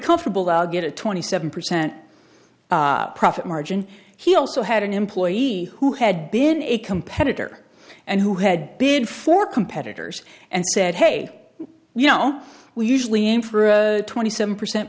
comfortable i'll get a twenty seven percent profit margin he also had an employee who had been a competitor and who had bid for competitors and said hey you know we usually in for a twenty seven percent